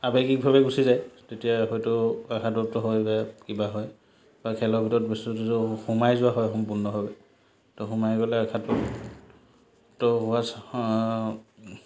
আৱেগিকভাৱে গুচি যায় তেতিয়া হয়টো আঘাতপ্ৰাপ্ত হৈ বা কিবা হয় বা খেলৰ ভিতৰত বস্তুটোতো সোমাই যোৱা হয় সম্পূৰ্ণভাৱে ত' সোমাই গ'লে আঘাতপ্ৰাপ্ত হোৱা